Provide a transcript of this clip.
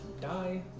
die